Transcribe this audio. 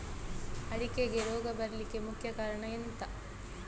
ಅಡಿಕೆಗೆ ರೋಗ ಬರ್ಲಿಕ್ಕೆ ಮುಖ್ಯ ಕಾರಣ ಎಂಥ?